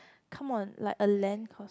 come on like a land cost